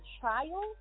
trial